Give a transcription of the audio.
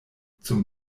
zum